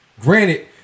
Granted